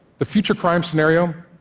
the future crime scenario,